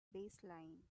baseline